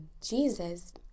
Jesus